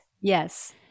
Yes